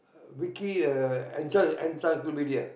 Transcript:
Wiki uh enc~ encyclopedia